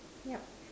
yup